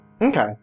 Okay